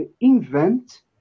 invent